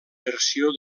versió